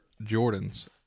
Jordans